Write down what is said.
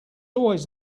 always